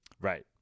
right